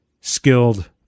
skilled